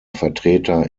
vertreter